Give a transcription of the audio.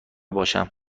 باشم